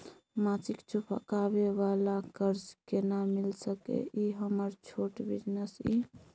मासिक चुकाबै वाला कर्ज केना मिल सकै इ हमर छोट बिजनेस इ?